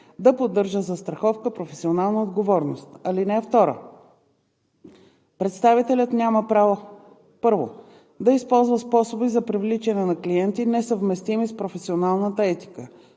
да поддържа застраховка „Професионална отговорност“. (2) Представителят няма право: 1. да използва способи за привличане на клиенти, несъвместими с професионалната етика;